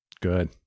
Good